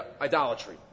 idolatry